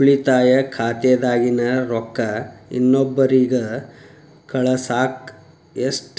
ಉಳಿತಾಯ ಖಾತೆದಾಗಿನ ರೊಕ್ಕ ಇನ್ನೊಬ್ಬರಿಗ ಕಳಸಾಕ್ ಎಷ್ಟ